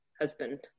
husband